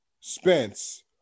spence